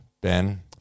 Ben